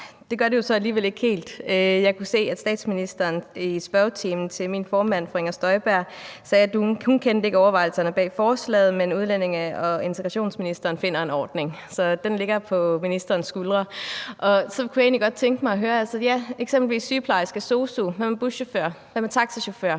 Det gør det jo så alligevel ikke helt. Jeg kunne jo se, at statsministeren i spørgetimen til min formand, fru Inger Støjberg, sagde, at hun ikke kendte overvejelserne bag forslaget, men at udlændinge- og integrationsministeren finder en ordning. Så den ligger på ministerens skuldre. Så kunne jeg egentlig godt tænke mig at høre, om det eksempelvis er sygeplejersker og sosu'er? Hvad med buschauffører, og hvad med taxachauffører?